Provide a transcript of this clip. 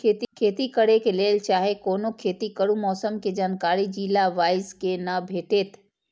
खेती करे के लेल चाहै कोनो खेती करू मौसम के जानकारी जिला वाईज के ना भेटेत?